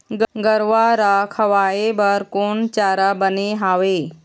गरवा रा खवाए बर कोन चारा बने हावे?